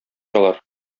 алар